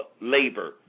labor